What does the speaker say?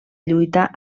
lluita